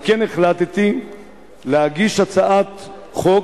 על כן החלטתי להגיש הצעת חוק,